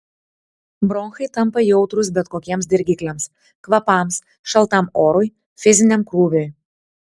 bronchai tampa jautrūs bet kokiems dirgikliams kvapams šaltam orui fiziniam krūviui